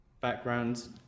backgrounds